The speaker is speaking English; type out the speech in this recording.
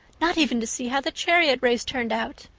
not even to see how the chariot race turned out.